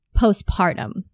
postpartum